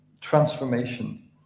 transformation